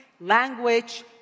language